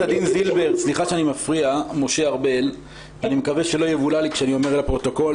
אני מקווה שלא יבולע לי כשאני אומר לפרוטוקול